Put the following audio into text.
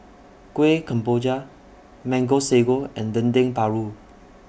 Kuih Kemboja Mango Sago and Dendeng Paru